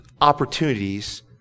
opportunities